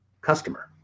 customer